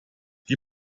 die